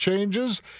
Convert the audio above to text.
changes